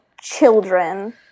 children